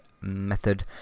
Method